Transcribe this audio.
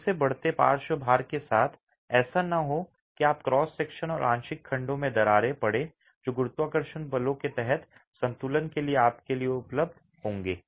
फिर से बढ़ते पार्श्व भार के साथ ऐसा न हो कि आप क्रॉस सेक्शन और आंशिक खंडों में दरारें पड़ें जो गुरुत्वाकर्षण बलों के तहत संतुलन के लिए आपके लिए उपलब्ध होंगे